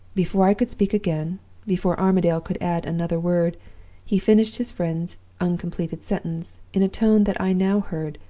before i could speak again before armadale could add another word he finished his friend's uncompleted sentence, in a tone that i now heard,